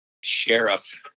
sheriff